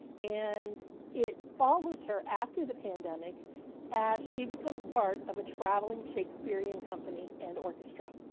and it follows her after the pandemic as she becomes part of a traveling shakespearean company and orchestra.